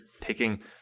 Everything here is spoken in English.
taking